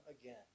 again